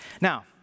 Now